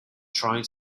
trying